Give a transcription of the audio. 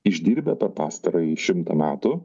išdirbę per pastarąjį šimtą metų